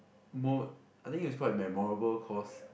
more I think is quite memorable cause